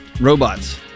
robots